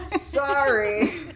Sorry